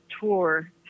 tour